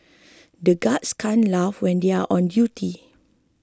the guards can't laugh when they are on duty